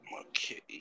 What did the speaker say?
Okay